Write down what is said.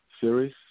series